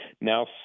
now